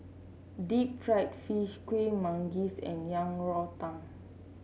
Deep Fried Fish Kuih Manggis and Yang Rou Tang